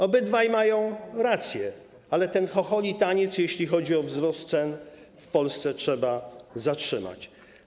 Obydwaj mają rację, ale ten chocholi taniec, jeśli chodzi o wzrost cen w Polsce, trzeba zatrzymać.